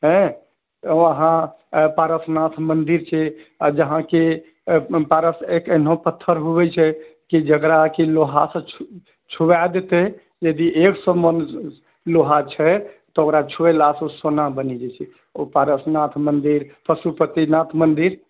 हँ हँ पारसनाथ मन्दिर छै जहाँके पारस एक एहनो पत्थर होइ छै कि जकरा कि लोहासँ छुबाए देतै यदि एक सए मोन लोहा छै तऽ ओकरा छुवेलासँ ओ सोना बनि जाए छै ओ पारसनाथ मन्दिर पशुपतिनाथ मन्दिर